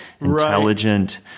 intelligent